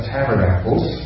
Tabernacles